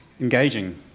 engaging